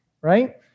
right